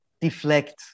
Deflect